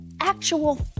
actual